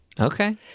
Okay